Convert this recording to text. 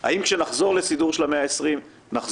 האם כשנחזור לסידור של